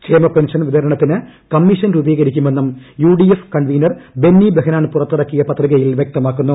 ക്ഷേമപെൻഷൻ വിതരണത്തിനു കമ്മിഷൻ രൂപീകരിക്കുമെന്നും U convener Benny Behanan പുറത്തിറക്കിയ ഡി എഫ് പത്രികയിൽ വൃക്തമാക്കുന്നു